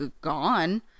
gone